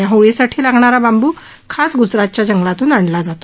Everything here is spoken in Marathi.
या होळीसाठी लागणारा बांब् खास ग्जरातच्या जंगालातून आणला जातो